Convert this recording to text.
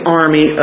army